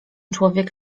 człowiek